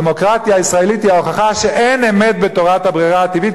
הדמוקרטיה הישראלית היא ההוכחה שאין אמת בתורת הברירה הטבעית,